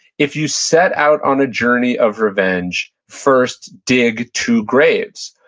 if you set out on a journey of revenge, first dig two graves.